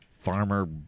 farmer